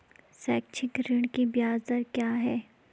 शैक्षिक ऋण की ब्याज दर क्या है?